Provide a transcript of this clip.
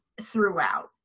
throughout